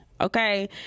Okay